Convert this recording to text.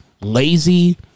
lazy